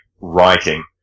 writing